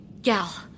Gal